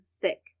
thick